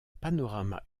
panorama